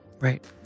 Right